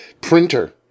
printer